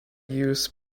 use